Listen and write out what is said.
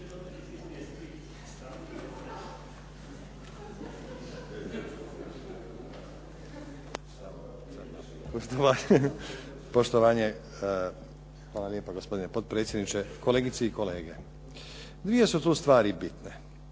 hvala lijepa gospodine potpredsjedniče, kolegice i kolege. Dvije su tu stvari bitne.